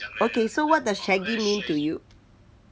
okay so what does shaggy mean to you